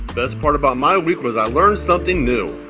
best part about my week was i learned something new.